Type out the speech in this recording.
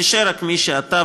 תישאר רק מי שאתה,